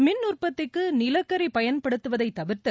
மின் உற்பத்திக்கு நிலக்கரி பயன்படுத்துவதை தவிர்த்து